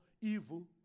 evil